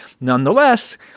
Nonetheless